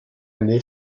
année